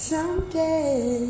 Someday